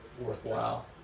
worthwhile